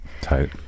Tight